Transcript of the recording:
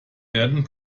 werden